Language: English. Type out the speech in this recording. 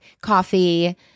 coffee